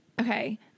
Okay